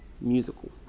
musical